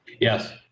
Yes